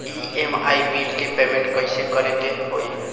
EMI bill के payment कइसे करे के होई?